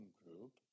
group